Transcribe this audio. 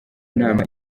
nama